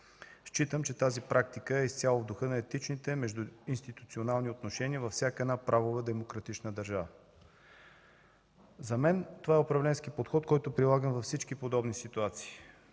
Считам, че тази практика е изцяло в духа на етичните междуинституционални отношения във всяка една правова, демократична държава. За мен това е управленски подход, който прилагам във всички подобни ситуации,